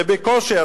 ובקושי,